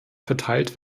verteilt